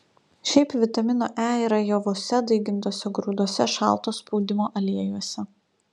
šiaip vitamino e yra javuose daigintuose grūduose šalto spaudimo aliejuose